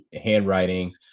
handwriting